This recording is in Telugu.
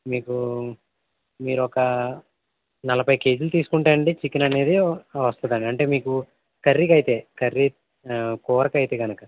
మీకూ మీరొకా నలభై కేజీలు తీసుకుంటే అండి చికెన్ అనేది వస్తదండి అంటే మీకు కర్రీకైతే కర్రీ కూరకు అయితే గనక